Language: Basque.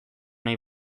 nahi